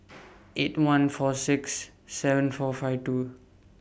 eight one four six seven four five two